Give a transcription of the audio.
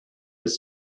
was